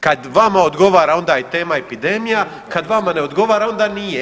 Kad vama odgovara, onda je tema epidemija, kad vama ne odgovara, ona nije.